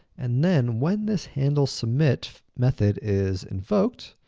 and then when this handlesubmit method is invoked,